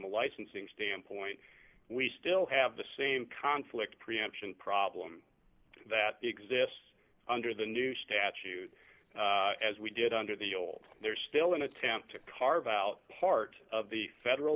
a licensing standpoint we still have the same conflict preemption problem that exists under the new statute as we did under the old there's still an attempt to carve out part of the federal